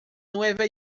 nueva